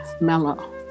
mellow